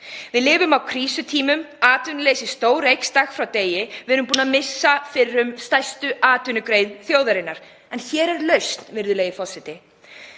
Við lifum á krísutímum, atvinnuleysi eykst dag frá degi og við erum búin að missa fyrrum stærstu atvinnugrein þjóðarinnar. En hér er lausn, virðulegi forseti.